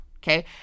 Okay